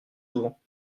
souvent